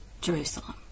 Jerusalem